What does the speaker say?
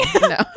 no